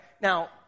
Now